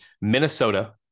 Minnesota